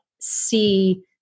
see